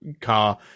car